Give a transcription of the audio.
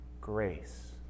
grace